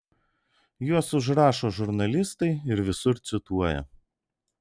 juos užrašo žurnalistai ir visur cituoja